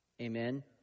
Amen